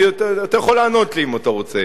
אתה יכול לענות לי אם אתה רוצה.